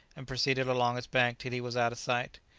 and proceeded along its bank till he was out of sight.